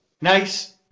nice